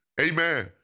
amen